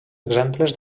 exemples